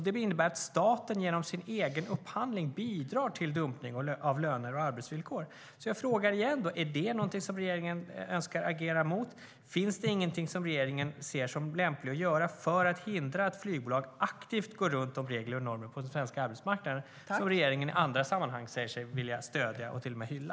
Det innebär att staten genom sin egen upphandling bidrar till dumpning av löner och arbetsvillkor. Jag frågar igen: Är det något som regeringen önskar agera mot? Finns det ingenting som regeringen ser som lämpligt att göra för att hindra att flygbolag aktivt går runt de regler och normer på den svenska arbetsmarknaden som regeringen i andra sammanhang säger sig vilja stödja och till och med hylla?